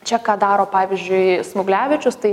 čia ką daro pavyzdžiui smuglevičius tai